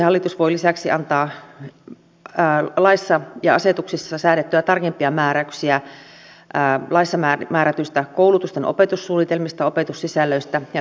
poliisihallitus voi lisäksi antaa laissa ja asetuksissa säädettyä tarkempia määräyksiä laissa määrätyistä koulutusten opetussuunnitelmista opetussisällöistä ja tuntijakaumista